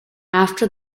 after